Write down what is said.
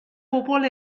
bobl